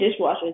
dishwashers